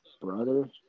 brother